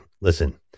listen